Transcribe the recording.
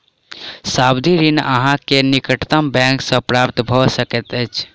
सावधि ऋण अहाँ के निकटतम बैंक सॅ प्राप्त भ सकैत अछि